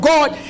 God